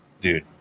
dude